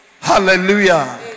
Hallelujah